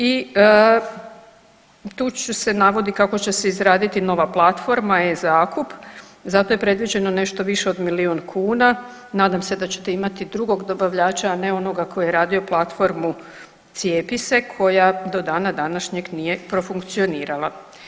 I tu se navodi kako će se izraditi nova platforma e-zakup za to je predviđeno je nešto više od milijun kuna, nadam se da ćete imati drugog dobavljača, a ne onoga koji je radio platformu cijepise koja do dana današnjeg nije profunkcionirala.